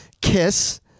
Kiss